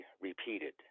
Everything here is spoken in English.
repeated